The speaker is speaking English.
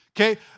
okay